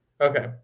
Okay